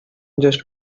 just